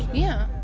yeah